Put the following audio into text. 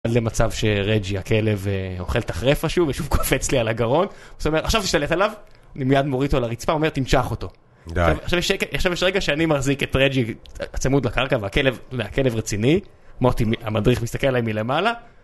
...למצב שרג'י הכלב אוכל ת'חרפה שהוא ושוב קופץ לי על הגרון הוא אומר עכשיו תשתלט עליו אני מיד מוריד אותו על הרצפה, הוא אומר תנשך אותו עכשיו יש רגע שאני מחזיק את רג'י צמוד לקרקע והכלב רציני מוטי המדריך מסתכל עליי מלמעלה